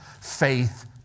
Faith